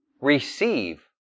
receive